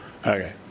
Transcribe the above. Okay